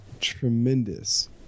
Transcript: tremendous